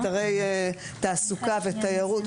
אתרי תעסוקה ותיירות,